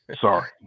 sorry